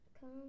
come